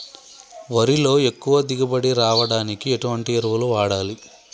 వరిలో ఎక్కువ దిగుబడి రావడానికి ఎటువంటి ఎరువులు వాడాలి?